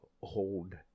hold